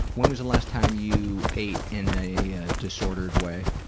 when was the last time you ate in a ah disordered way?